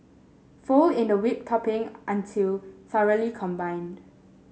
fold in the whipped topping until thoroughly combined